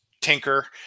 tinker